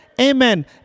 Amen